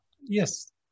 Yes